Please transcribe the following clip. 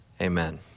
amen